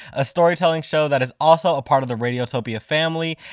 a storytelling show that is also a part of the radiotopia family,